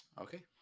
Okay